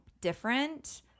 different